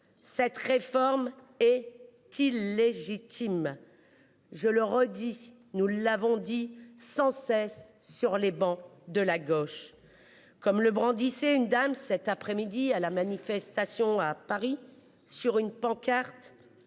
Cette réforme et qui légitime. Je le redis, nous l'avons dit sans cesse sur les bancs de la gauche. Comme le brandissait une dame cet après-midi à la manifestation à Paris sur une pancarte.